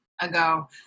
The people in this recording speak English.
ago